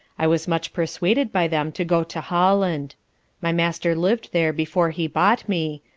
i was much persuaded by them to go to holland my master lived there before he bought me,